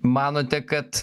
manote kad